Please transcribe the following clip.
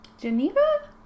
Geneva